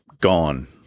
gone